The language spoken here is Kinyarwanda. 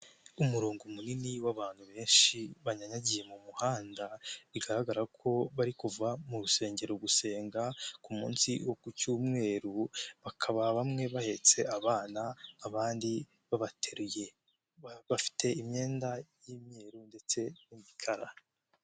Umurongo munini w'abantu benshi banyanyagiye mu muhanda, bigaragara ko bari kuva mu rusengero gusenga, ku munsi wo ku cyumweru, bakaba bamwe bahetse abana, abandi babateruye, bafite imyenda y'imyeru ndetse n'ibikara.